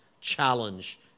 challenge